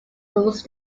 was